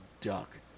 duck